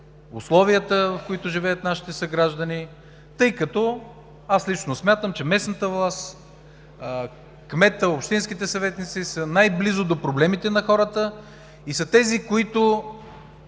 условията, в които живеят нашите съграждани, тъй като аз лично смятам, че местната власт, кметът, общинските съветници са най-близо до проблемите на хората и са тези, които